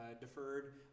deferred